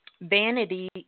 vanity